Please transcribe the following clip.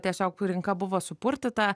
tiesiog rinka buvo supurtyta